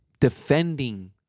defending